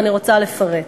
ואני רוצה לפרט: